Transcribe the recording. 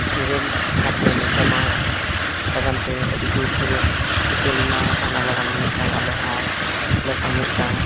ᱤᱨᱟᱹᱞ ᱛᱷᱚᱠ ᱨᱮ ᱢᱮᱥᱟᱜᱼᱢᱟ ᱞᱟᱹᱜᱤᱫᱼᱛᱮ ᱟᱹᱰᱤᱡᱳᱨᱼᱥᱳᱨᱮ ᱪᱷᱩᱴᱟᱹᱣ ᱞᱮᱱᱟ ᱚᱱᱟ ᱞᱟᱹᱜᱤᱫ ᱢᱤᱫᱴᱟᱝ ᱟᱞᱮᱦᱚᱸ ᱞᱮᱠᱷᱚ ᱢᱤᱫᱴᱟᱝ